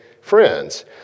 friends